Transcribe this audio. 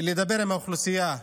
ולדבר עם האוכלוסייה,